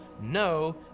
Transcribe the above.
no